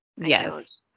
Yes